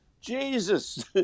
Jesus